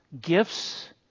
gifts